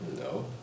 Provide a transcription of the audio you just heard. No